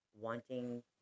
wanting